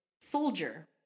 Soldier